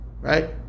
Right